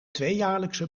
tweejaarlijkse